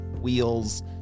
wheels